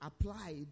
applied